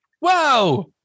Wow